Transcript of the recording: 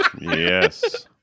Yes